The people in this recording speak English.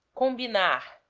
combinar